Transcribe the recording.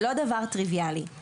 זה לא דבר טריוויאלי.